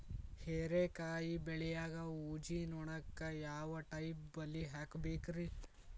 ಹೇರಿಕಾಯಿ ಬೆಳಿಯಾಗ ಊಜಿ ನೋಣಕ್ಕ ಯಾವ ಟೈಪ್ ಬಲಿ ಹಾಕಬೇಕ್ರಿ?